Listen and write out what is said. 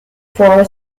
four